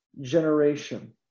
generation